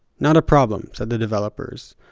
not a problem, said the developers.